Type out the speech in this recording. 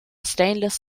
stainless